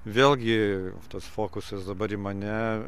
vėlgi tas fokusas dabar į mane